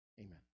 Amen